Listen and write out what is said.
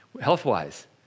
health-wise